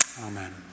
amen